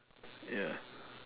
ya